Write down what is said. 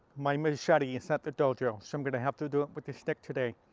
my machete is at the dojo so i'm gonna have to do it with a stick today.